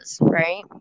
right